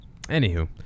Anywho